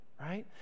right